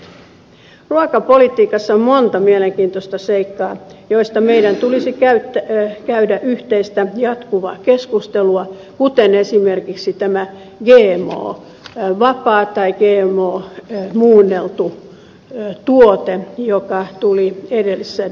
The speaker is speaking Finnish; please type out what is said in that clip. ruokapolitiikassa on monta mielenkiintoista seikkaa joista meidän tulisi käydä yhteistä jatkuvaa keskustelua kuten esimerkiksi tämä gmo vapaa tai gmo muunneltu tuote joka tuli edellisessä debatissa esille